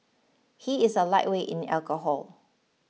he is a lightweight in alcohol